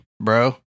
Bro